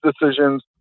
decisions